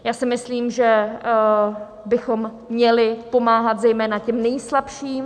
Já si myslím, že bychom měli pomáhat zejména těm nejslabším.